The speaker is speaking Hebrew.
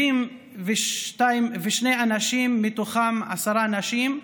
72 אנשים, מתוכם עשר נשים,